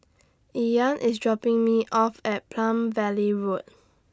Ean IS dropping Me off At Palm Valley Road